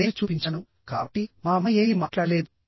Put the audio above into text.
నేను చూపించాను కాబట్టి మా అమ్మ ఏమీ మాట్లాడలేదు